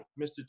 Mr